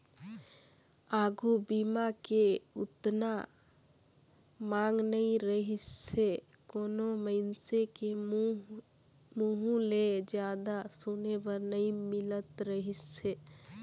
आघू बीमा के ओतना मांग नइ रहीसे कोनो मइनसे के मुंहूँ ले जादा सुने बर नई मिलत रहीस हे